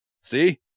see